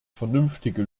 vernünftige